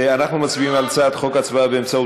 אנחנו מצביעים על הצעת חוק הצבעה באמצעות